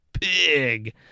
big